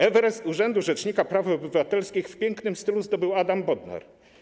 Everest urzędu rzecznika praw obywatelskich w pięknym stylu zdobył Adam Bodnar.